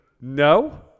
no